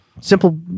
simple